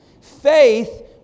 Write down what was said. Faith